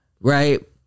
right